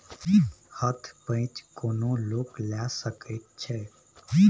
हथ पैंच कोनो लोक लए सकैत छै